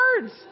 birds